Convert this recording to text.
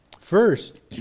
first